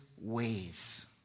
ways